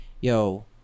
yo